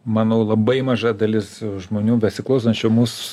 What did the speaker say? manau labai maža dalis žmonių besiklausančių mus